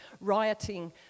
rioting